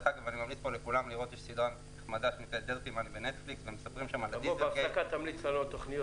יש סדרה מומלצת בנטפליקס שמדברת על הדיזלגייט,